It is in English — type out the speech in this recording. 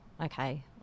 okay